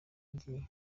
ngiye